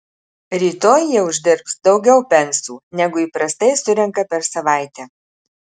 rytoj jie uždirbs daugiau pensų negu įprastai surenka per savaitę